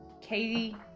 Katie